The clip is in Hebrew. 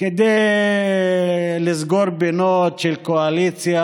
כדי לסגור פינות של קואליציה,